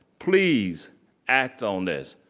please act on this.